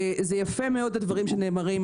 זה יפה מאוד הדברים שנאמרים.